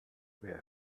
wer